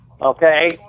Okay